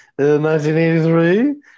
1983